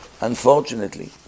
Unfortunately